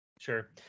Sure